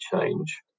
change